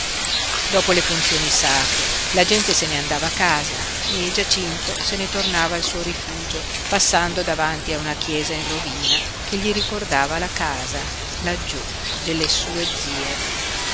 dopo le funzioni sacre la gente se ne andava a casa e giacinto se ne tornava al suo rifugio passando davanti a una chiesa in rovina che gli ricordava la casa laggiú delle sue zie